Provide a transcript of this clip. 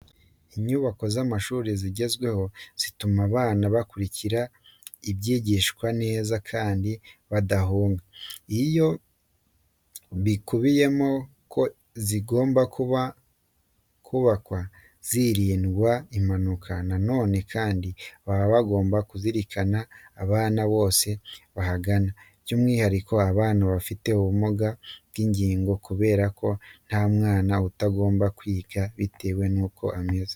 Inyubako z'amashuri zigezweho zituma abana bakurikira ibyigishwa neza kandi badahuga. Ibyo bikubiyemo ko ziba zigomba kubakwa hirindwa impanuka. Na none kandi, baba bagomba kuzirikana abana bose bahagana, by'umwihariko abana bafite ubumuga bw'ingingo kubera ko nta mwana utagomba kwiga bitewe nuko ameze.